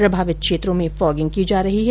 प्रभावित क्षेत्रों में फोगिंग की जा रही है